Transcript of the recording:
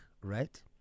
right